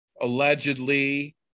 allegedly